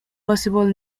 possible